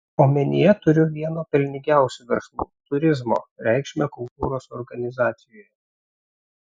omenyje turiu vieno pelningiausių verslų turizmo reikšmę kultūros organizacijoje